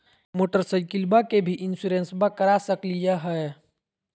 मोटरसाइकिलबा के भी इंसोरेंसबा करा सकलीय है?